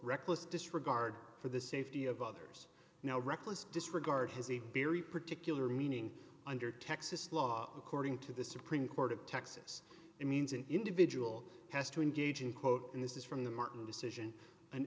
reckless disregard for the safety of others now reckless disregard has a very particular meaning under texas law according to the supreme court of texas it means an individual has to engage in quote and this is from the martin decision an